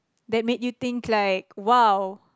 that made you think like !wow!